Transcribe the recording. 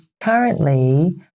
currently